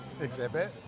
Exhibit